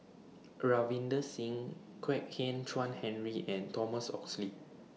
Ravinder Singh Kwek Hian Chuan Henry and Thomas Oxley